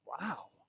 Wow